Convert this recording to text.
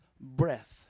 breath